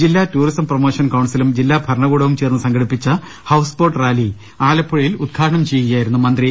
ജില്ലാ tourism promotion കൌൺസിലും ജില്ലാ ഭരണകൂടവും ചേർന്ന് സംഘടിപ്പിച്ച ഹൌസ്ബോട്ട് റാലി ആലപ്പുഴയിൽ ഉദ്ഘാടനം ചെയ്യുകയായിരുന്നു മന്ത്രി